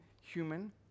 human